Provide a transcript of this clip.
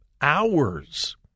hours